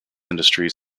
industries